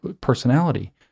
personality